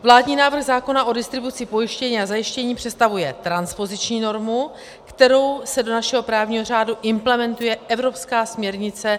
Vládní návrh zákona o distribuci pojištění a zajištění představuje transpoziční normu, kterou se do našeho právního řádu implementuje evropská směrnice